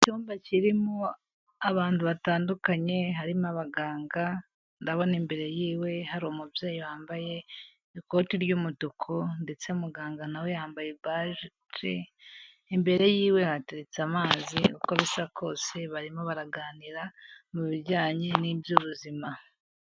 Icyumba kirimo abantu batandukanye, harimo abaganga ndabona imbere yiwe hari umubyeyi wambaye ikoti ry'umutuku, ndetse muganga nawe yambaye baji, imbere yiwe hateretse amazi, uko bisa kose barimo baraganira mu bijyanye ni iby'ubuzima.